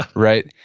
right?